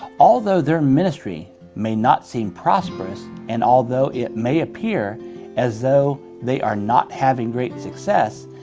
although their ministry may not seem prosperous and although it may appear as though they are not having great success,